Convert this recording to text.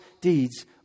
deeds